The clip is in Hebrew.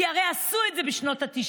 כי הרי עשו את זה בשנות התשעים.